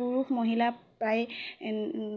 পুৰুষ মহিলা প্ৰায়